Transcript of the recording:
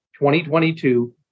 2022